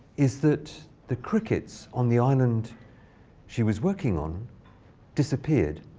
is that the crickets on the island she was working on disappeared.